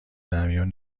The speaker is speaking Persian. درمیون